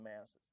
masses